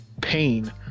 pain